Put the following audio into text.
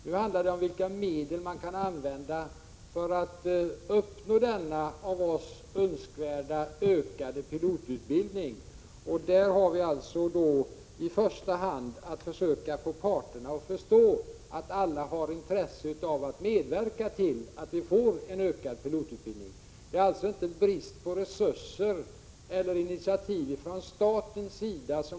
Nu handlar det om vilka medel vi kan använda för att få den av oss önskade ökade pilotutbildningen. Där har vi alltså i första hand att försöka få parterna att förstå att alla har intresse av att medverka till en ökad pilotutbildning. Den nuvarande situationen orsakas alltså inte av brist på resurser eller initiativ från statens sida.